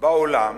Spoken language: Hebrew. בעולם